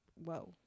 whoa